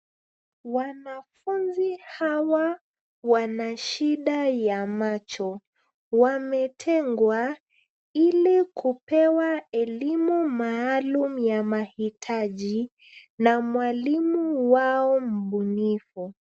Wanafunzi hawa wanashida ya macho. Wametengwa ili kupewa elimu maalum ya mahitaji, na mwalimu wao mbunifu.